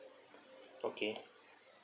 okay